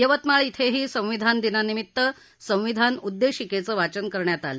यवतमाळ इथेही संविधान दिनानिमित्त संविधान उददिशिकेचं वाचन करण्यात आलं